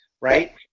right